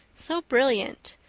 so brilliant,